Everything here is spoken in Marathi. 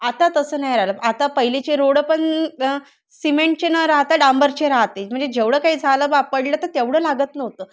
आता तसं नाही राहिलं आता पहिलेचे रोडं पण सिमेंटचे न राहता डांबरचे राहते म्हणजे जेवढं काही झालं बा पडलं तर तेवढं लागत नव्हतं